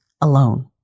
alone